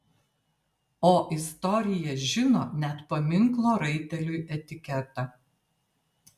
o istorija žino net paminklo raiteliui etiketą